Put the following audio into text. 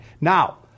Now